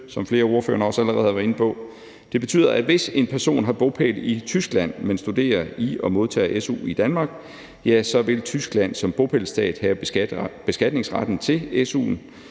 som flere af ordførerne også allerede har været inde på, og det betyder, at hvis en person har bopæl i Tyskland, men studerer i og modtager su i Danmark, vil Tyskland som bopælsstat have beskatningsretten til su'en.